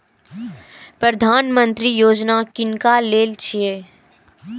प्रधानमंत्री यौजना किनका लेल छिए?